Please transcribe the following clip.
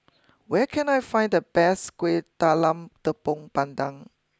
where can I find the best Kueh Talam Tepong Pandan